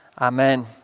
Amen